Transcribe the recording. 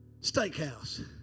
steakhouse